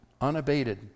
unabated